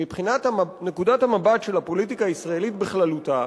מבחינת נקודת המבט של הפוליטיקה הישראלית בכללותה,